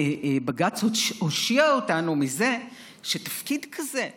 בג"ץ הושיע אותנו מזה שתפקיד כזה של,